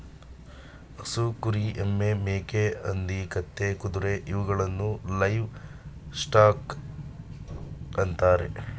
ಹಸು, ಕುರಿ, ಎಮ್ಮೆ, ಮೇಕೆ, ಹಂದಿ, ಕತ್ತೆ, ಕುದುರೆ ಇವುಗಳನ್ನು ಲೈವ್ ಸ್ಟಾಕ್ ಅಂತರೆ